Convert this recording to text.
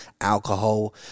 alcohol